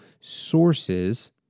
sources